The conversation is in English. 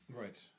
Right